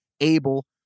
able